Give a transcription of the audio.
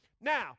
Now